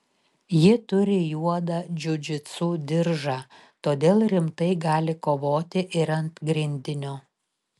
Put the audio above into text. ji turi juodą džiudžitsu diržą todėl rimtai gali kovoti ir ant grindinio